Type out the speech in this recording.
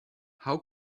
how